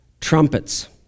trumpets